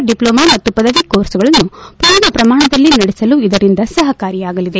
diploma ಮತ್ತು ಪದವಿ ಕೋರ್ಸ್ಗಳನ್ನು ಪೂರ್ಣ ಪ್ರಮಾಣದಲ್ಲಿ ನಡೆಸಲು ಇದರಿಂದ ಸಹಕಾರಿಯಾಗಲಿದೆ